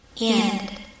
End